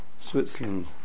Switzerland